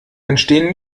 entstehen